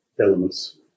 elements